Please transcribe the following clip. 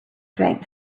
drank